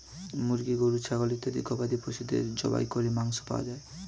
মুরগি, গরু, ছাগল ইত্যাদি গবাদি পশুদের জবাই করে মাংস পাওয়া যায়